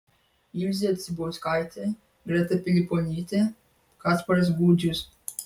ilzė cibulskaitė greta piliponytė kasparas gudžius